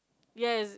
yes